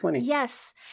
Yes